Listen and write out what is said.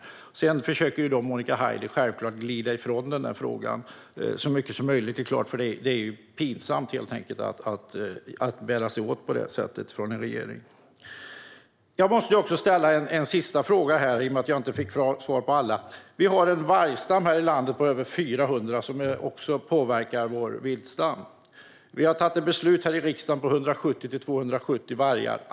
Monica Haider försöker självklart att glida ifrån denna fråga så mycket som möjligt, för det är ju pinsamt att en regering bär sig åt på detta sätt. Jag måste också ställa en sista fråga, i och med att jag inte fick svar på alla. Antalet i den svenska vargstammen är över 400, vilket påverkar vår viltstam. Vi har fattat ett beslut i riksdagen om 170-270 vargar.